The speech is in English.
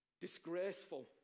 Disgraceful